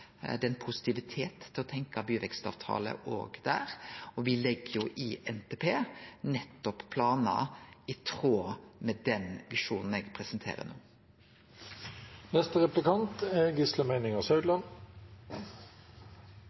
legg jo i NTP nettopp planar i tråd med den visjonen eg presenterer